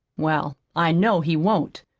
well, i know he won't.